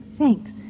Thanks